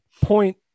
point